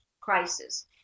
crisis